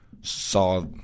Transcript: saw –